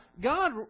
God